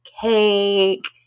cake